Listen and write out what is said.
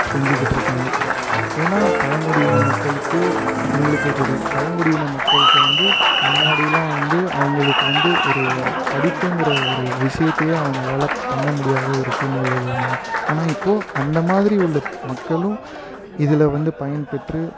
செஞ்சுக்கிட்ருக்காங்க ஏன்னா பழங்குடியின மக்களுக்கு உங்களுக்கே தெரியும் பழங்குடியின மக்களுக்கு வந்து முன்னாடிலாம் வந்து அவங்களுக்கு வந்து ஒரு படிப்புங்கிற ஒரு விஷயத்தையே அவங்களால் பண்ண முடியாத ஒரு சூல்நிலையில் இருந்தாங்க ஆனால் இப்போது அந்த மாதிரி உள்ள மக்களும் இதில் வந்து பயன்பெற்று